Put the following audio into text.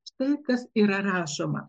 štai kas yra rašoma